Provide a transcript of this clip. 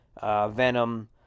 Venom